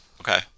Okay